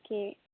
okay